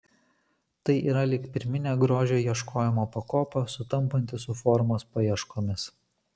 tai yra lyg pirminė grožio ieškojimo pakopa sutampanti su formos paieškomis